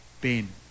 Ben